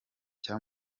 cyo